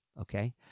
okay